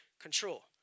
control